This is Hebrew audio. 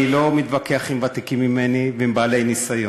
אני לא מתווכח עם ותיקים ממני ועם בעלי ניסיון.